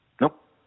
Nope